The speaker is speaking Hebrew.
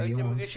אני רוצה